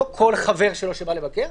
לא כל חבר שלו שבא לבקר,